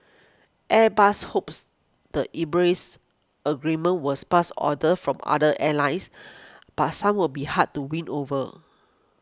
Airbus hopes the Emirates agreement was past orders from other airlines but some will be hard to win over